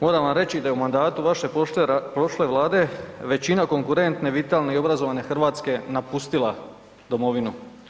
Moram vam reći da je u mandatu vaše prošle Vlade, većina konkretne, vitalne i obrazovane Hrvatske, napustila domovinu.